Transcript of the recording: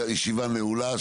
הישיבה נעולה,